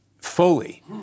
fully